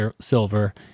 silver